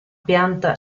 pianta